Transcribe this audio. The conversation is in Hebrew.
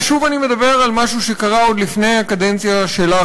ושוב אני מדבר על משהו שקרה עוד לפני הקדנציה שלך,